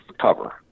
cover